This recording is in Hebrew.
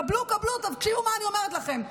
קבלו, קבלו, תקשיבו מה אני אומרת לכם.